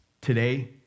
Today